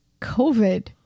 covid